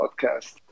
podcast